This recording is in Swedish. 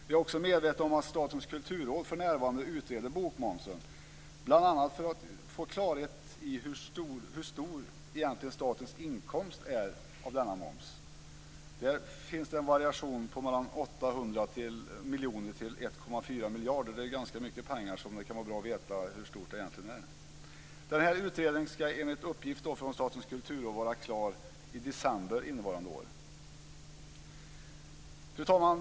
Vi är också medvetna om att Statens kulturråd för närvarande utreder bokmomsen, bl.a. för att få klarhet i hur stor statens inkomst av denna moms egentligen är. Där finns det en variation på mellan 800 miljoner och 1,4 miljarder. Det är ganska mycket pengar. Det kan vara bra att veta hur stort den egentligen är. Den här utredningen ska enligt uppgift från Statens kulturråd vara klar i december innevarande år. Fru talman!